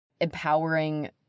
empowering